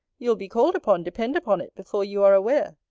you'll be called upon, depend upon it, before you are aware.